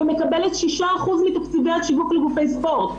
ומקבלת 6% מתקציבי השיווק לגופי ספורט.